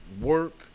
work